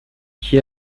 qui